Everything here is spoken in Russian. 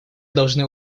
должны